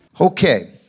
Okay